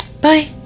Bye